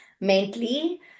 mentally